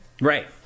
Right